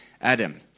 Adam